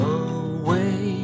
away